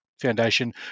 foundation